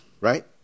right